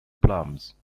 plums